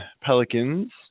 Pelicans